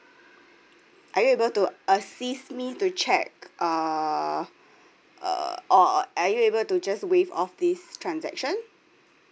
are you able to assist me to check uh uh or are you able to just waive off this transaction